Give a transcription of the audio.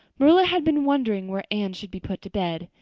marilla had been wondering where anne should be put to bed.